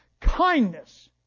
kindness